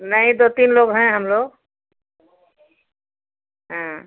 नहीं दो तीन लोग हैं हम लोग हाँ